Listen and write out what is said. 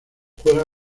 juega